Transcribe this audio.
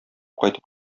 кайтып